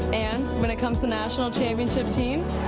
and, when it comes to national championship teams?